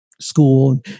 school